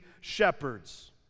shepherds